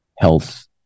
health